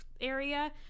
area